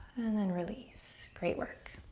and then release. great work.